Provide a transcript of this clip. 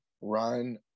run